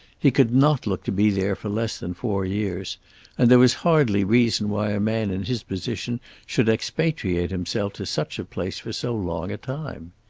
he could not look to be there for less than four years and there was hardly reason why a man in his position should expatriate himself to such a place for so long a time.